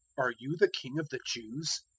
are you the king of the jews?